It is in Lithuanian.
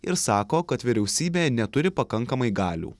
ir sako kad vyriausybė neturi pakankamai galių